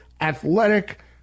athletic